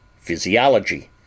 physiology